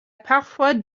parfois